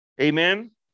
Amen